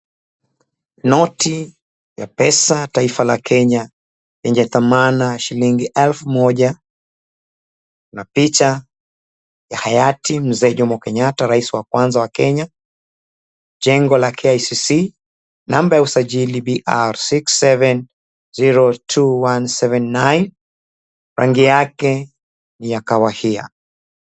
Noti ya pesa taifa la Kenya yenye thamana ya shilingi elfu moja na picha ya hayati mzee Jomo Kenyatta raisi wa kwanza wa Kenya, Jengo la KICC no ya usajili BR2702179 rangi yake ni ya kahawaia.